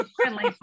friendly